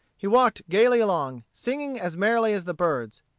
he walked gayly along, singing as merrily as the birds.